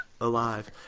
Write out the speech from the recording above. alive